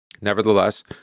Nevertheless